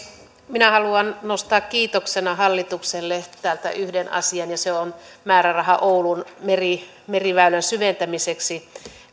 minä haluan nostaa kiitoksena hallitukselle täältä yhden asian ja se on määräraha oulun meriväylän syventämiseksi